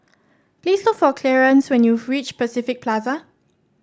please look for Clearence when you reach Pacific Plaza